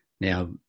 Now